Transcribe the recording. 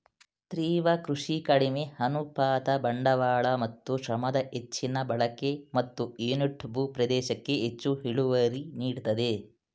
ತೀವ್ರ ಕೃಷಿ ಕಡಿಮೆ ಅನುಪಾತ ಬಂಡವಾಳ ಮತ್ತು ಶ್ರಮದ ಹೆಚ್ಚಿನ ಬಳಕೆ ಮತ್ತು ಯೂನಿಟ್ ಭೂ ಪ್ರದೇಶಕ್ಕೆ ಹೆಚ್ಚು ಇಳುವರಿ ನೀಡ್ತದೆ